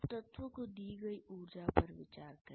अब तत्व को दी गई ऊर्जा पर विचार करें